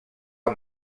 amb